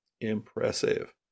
impressive